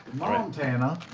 montana.